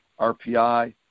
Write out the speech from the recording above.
RPI